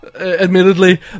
admittedly